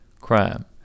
crime